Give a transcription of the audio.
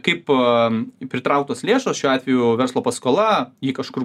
kaipo pritrauktos lėšos šiuo atveju verslo paskola ji kažkur